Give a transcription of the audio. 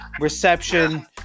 reception